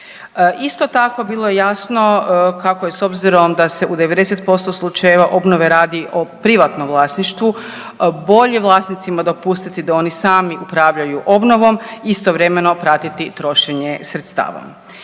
Isto tako bilo je jasno kako je s obzirom da se u 90% slučajeva obnove radi o privatnom vlasništvu, bolje vlasnicima dopustiti da oni sami upravljaju obnovom i istovremeno pratiti trošenje sredstava.